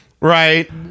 right